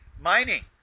Mining